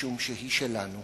משום שהיא שלנו.